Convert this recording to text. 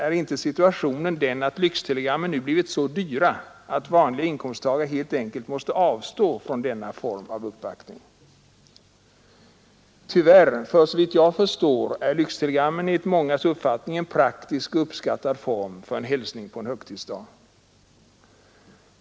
Är inte situationen den att lyxtelegrammen nu har blivit så dyra att vanliga inkomsttagare helt enkelt måste avstå från denna form av uppvaktning? Tyvärr, för så vitt jag förstår är lyxtelegrammen enligt mångas uppfattning en praktisk och uppskattad form för en hälsning på en högtidsdag.